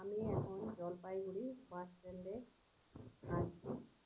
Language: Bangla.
আমি এখন জলপাইগুড়ির বাস স্ট্যান্ডে দাঁড়িয়ে